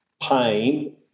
pain